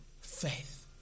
faith